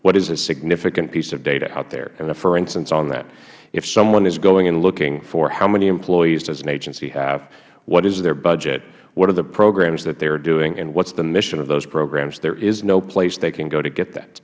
what is a significant piece of data out there and the for instance on that if someone is going and looking for how many employees does an agency have what is their budget what are the programs that they are doing and what is the mission of those programs there is no place they can go to get that